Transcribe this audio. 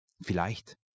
vielleicht